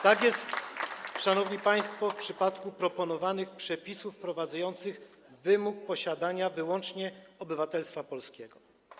Tak jest, szanowni państwo, w przypadku proponowanych przepisów wprowadzających wymóg posiadania wyłącznie obywatelstwa polskiego.